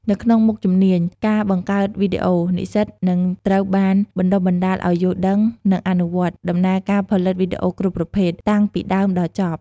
នៅក្នុងមុខជំនាញ ការបង្កើតវីដេអូ និស្សិតនឹងត្រូវបានបណ្ដុះបណ្ដាលឲ្យយល់ដឹង និងអនុវត្ត ដំណើរការផលិតវីដេអូគ្រប់ប្រភេទ តាំងពីដើមដល់ចប់។